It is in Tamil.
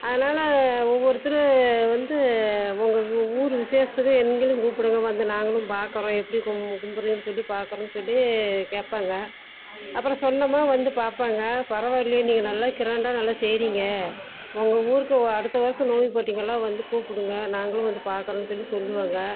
அதனால் ஒவ்வொருத்தர் வந்து உங்கள் ஊர் விசேஷத்துக்கு எங்களையும் கூப்பிடுங்க வந்து நாங்களும் பாக்கிறோம் எப்படி கும்புடுறீங்கன்னு சொல்லி பாக்கிறோம் சொல்லி கேட்பாங்க அப்புறம் சொன்னோம்னா வந்து பார்ப்பாங்க பரவாயில்லையே நீங்கள் நல்லா கிராண்டா நல்லா செய்கிறீங்க உங்க ஊருக்கு அடுத்த வருடம் நோம்பு போட்டிங்கன்னா வந்து கூப்பிடுங்க நாங்களும் வந்து பாக்கிறோன்னு சொல்லி சொல்வாங்க